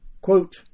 quote